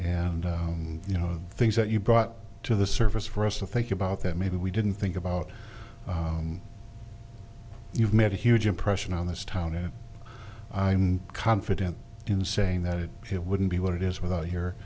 and you know things that you brought to the surface for us to think about that maybe we didn't think about you've made a huge impression on this town and i'm confident in saying that it it wouldn't be what it is without here